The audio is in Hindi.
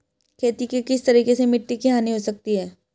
खेती के किस तरीके से मिट्टी की हानि हो सकती है?